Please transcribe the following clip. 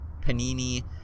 Panini –